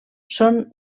són